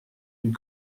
une